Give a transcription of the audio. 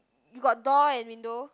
got door and window